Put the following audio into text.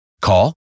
Call